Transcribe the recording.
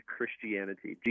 Christianity